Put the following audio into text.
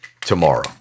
tomorrow